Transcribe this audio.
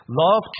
Love